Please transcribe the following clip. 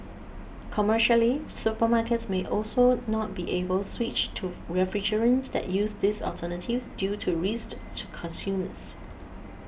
commercially supermarkets may also not be able switch to refrigerants that use these alternatives due to risks to consumers